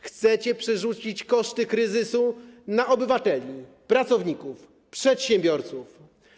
Chcecie przerzucić koszty kryzysu na obywateli, pracowników, przedsiębiorców.